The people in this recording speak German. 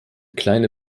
kleine